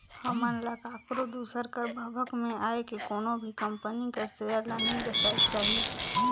हमन ल काकरो दूसर कर भभक में आए के कोनो भी कंपनी कर सेयर ल नी बेसाएक चाही